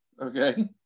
okay